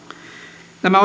nämä